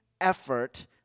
effort